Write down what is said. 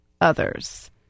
others